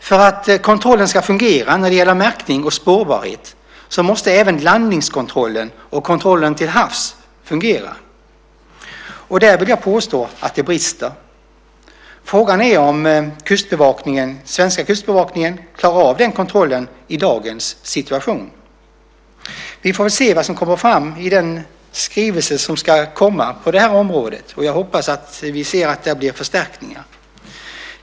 För att kontrollen ska fungera när det gäller märkning och spårbarhet måste även landningskontrollen och kontrollen till havs fungera. Där vill jag påstå att det brister. Frågan är om den svenska kustbevakningen klarar av den kontrollen i dagens situation. Vi får väl se vad som kommer fram i den skrivelse som ska komma på detta område. Jag hoppas att vi får se att det blir förstärkningar.